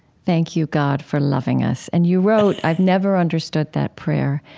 thank you god, for loving us. and you wrote, i've never understood that prayer,